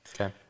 okay